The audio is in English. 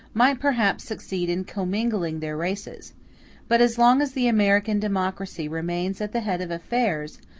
might perhaps succeed in commingling their races but as long as the american democracy remains at the head of affairs,